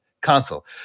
console